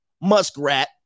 muskrat